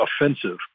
offensive